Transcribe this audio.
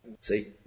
See